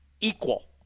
equal